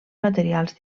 materials